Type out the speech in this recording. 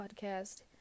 podcast